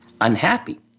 unhappy